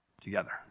together